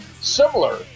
similar